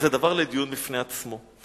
זה דבר לדיון בפני עצמו.